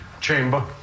chamber